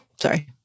Sorry